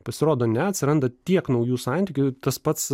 pasirodo ne atsiranda tiek naujų santykių tas pats